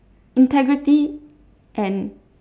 integrity and